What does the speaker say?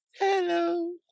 Hello